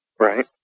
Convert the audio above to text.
Right